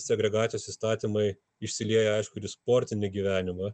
segregacijos įstatymai išsilieja aišku ir į sportinį gyvenimą